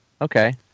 Okay